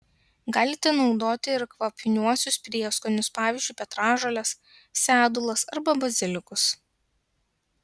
galite naudoti ir kvapniuosius prieskonius pavyzdžiui petražoles sedulas arba bazilikus